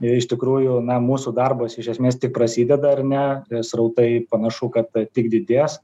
ir iš tikrųjų na mūsų darbas iš esmės tik prasideda ar ne srautai panašu kad tik didės